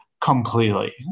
completely